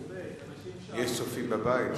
יש צופים בבית.